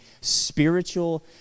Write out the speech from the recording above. spiritual